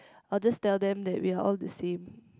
I'll just tell them that we're all the same